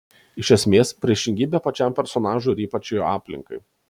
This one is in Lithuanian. iš esmės priešingybė pačiam personažui ir ypač jo aplinkai